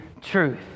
truth